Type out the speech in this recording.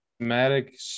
somatic